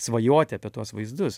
svajoti apie tuos vaizdus